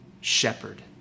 shepherd